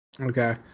Okay